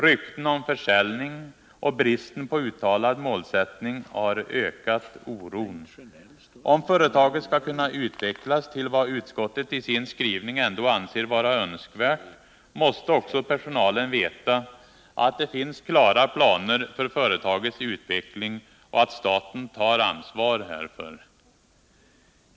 Rykten om försäljning och bristen på uttalad målsättning har ökat oron. Om företaget skall kunna utvecklas till vad utskottet i sin skrivning ändå anser vara önskvärt måste också personalen veta att det finns klara planer för företagets utveckling och att staten tar ansvar härför.